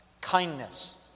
kindness